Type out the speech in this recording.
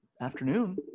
afternoon